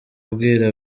abwira